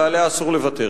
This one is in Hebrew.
ועליה אסור לוותר.